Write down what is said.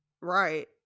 right